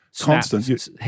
constant